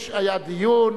היה דיון,